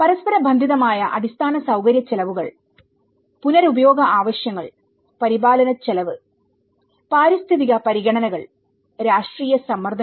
പരസ്പരബന്ധിതമായ അടിസ്ഥാന സൌകര്യ ചെലവുകൾ പുനരുപയോഗ ആവശ്യങ്ങൾ പരിപാലനച്ചെലവ് പാരിസ്ഥിതിക പരിഗണനകൾ രാഷ്ട്രീയ സമ്മർദ്ദങ്ങൾ